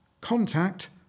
Contact